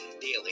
daily